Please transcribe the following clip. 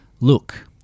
look